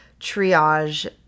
triage